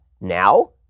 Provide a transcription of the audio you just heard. now